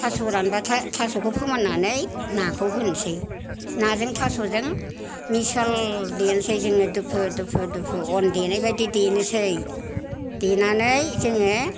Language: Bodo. थास' रानबाथाय थास'खौ फोमोननानै नाखौ होनोसै नाजों थास'जों मिसाल देनोसै जोङो दुफु दुफु अन देनाय बादि देनोसै देनानै जोङो